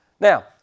Now